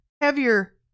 heavier